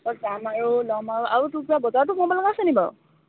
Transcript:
এপাক যাম আৰু ল'ম আৰু আৰু তোৰ কিবা বজাৰতো সোমাব লগা আছে নি বাৰু